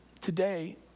today